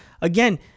again